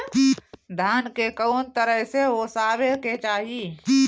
धान के कउन तरह से ओसावे के चाही?